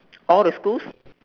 all the schools